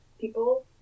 people